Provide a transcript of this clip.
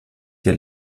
hier